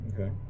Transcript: Okay